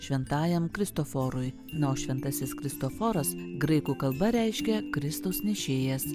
šventajam kristoforui na o šventasis kristoforas graikų kalba reiškia kristaus nešėjas